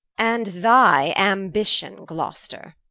and thy ambition, gloster